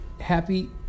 happy